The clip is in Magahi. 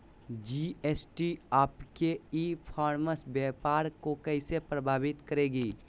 जी.एस.टी आपके ई कॉमर्स व्यापार को कैसे प्रभावित करेगी?